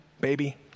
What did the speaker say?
baby